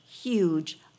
huge